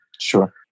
Sure